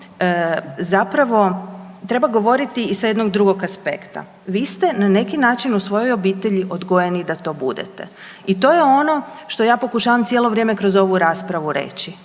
zapravo treba govoriti s jednog drugog aspekta. Vi ste na neki način u svojoj obitelji odgojeni da to budete i to je ono što ja pokušavam cijelo vrijeme kroz ovu raspravu reći.